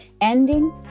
ending